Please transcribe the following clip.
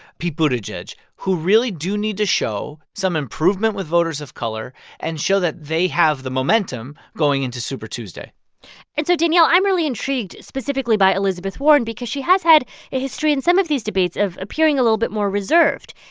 pete buttigieg, who really do need to show some improvement with voters of color and show that they have the momentum going into super tuesday and so, danielle, i'm really intrigued specifically by elizabeth warren because she has had a history in some of these debates of appearing a little bit more reserved.